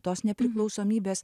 tos nepriklausomybės